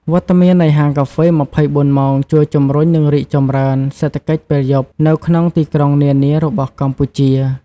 វត្តមាននៃហាងកាហ្វេ ២៤ ម៉ោង ជួយ ជំរុញ និងរីកចម្រើន "សេដ្ឋកិច្ចពេលយប់" នៅក្នុងទីក្រុងនានារបស់កម្ពុជា។